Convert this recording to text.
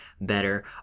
better